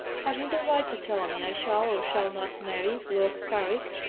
have you the right to tell me i shall or shall not marry lord carrick?